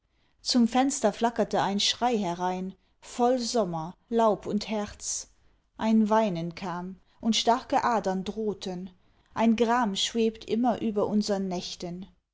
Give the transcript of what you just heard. zum fenster flackerte ein schrei herein voll sommer laub und herz ein weinen kam und starke adern drohten ein gram schwebt immer über unsern nächten